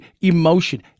emotion